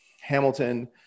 Hamilton